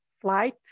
flight